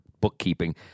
bookkeeping